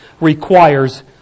requires